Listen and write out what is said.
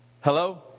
Hello